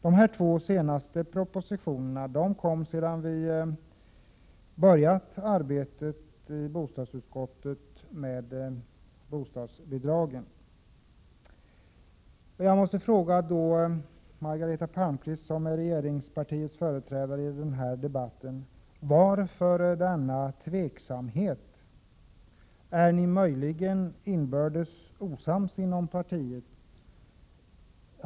De två senaste propositionerna kom sedan vi i bostadsutskottet börjat arbetet med bostadsbidragen. Jag måste fråga Margareta Palmqvist som är regeringspartiets företrädare i denna debatt varför ni är så tveksamma. Är ni möjligen inbördes osams i partiet?